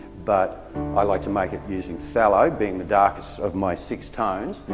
but i like to make it using phyhalo, being the darkest of my six tones,